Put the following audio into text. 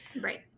right